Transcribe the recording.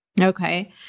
Okay